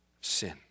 sin